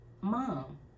mom